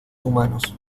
humanos